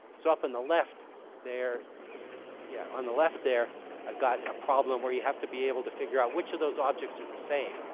so up on and the left there yeah, on the left there i've got a problem where you have to be able to figure out which of those objects are the same,